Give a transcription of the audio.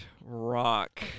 rock